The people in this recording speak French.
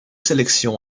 sélections